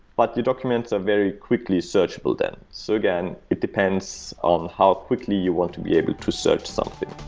but your documents are very quickly searchable then. so again, it depends on how quickly you want to be able to search something.